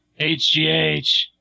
HGH